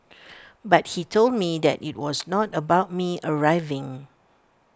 but he told me that IT was not about me arriving